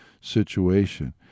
situation